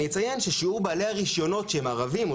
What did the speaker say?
אני אציין ששיעור בעלי הרישיונות שהם ערבים או